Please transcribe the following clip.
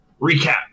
recap